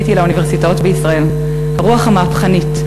אתי לאוניברסיטאות בישראל: הרוח המהפכנית,